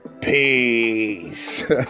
Peace